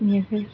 बेनिफ्राय